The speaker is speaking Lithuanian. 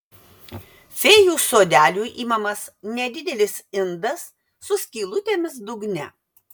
fėjų sodeliui imamas nedidelis indas su skylutėmis dugne